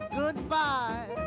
goodbye